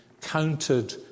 counted